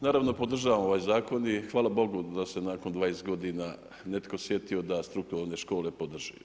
Naravno podržavamo ovaj zakon i hvala bogu da se nakon 20 godina netko sjetio da strukovne škole podrži.